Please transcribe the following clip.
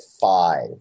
five